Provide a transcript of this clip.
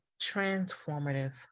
transformative